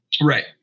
Right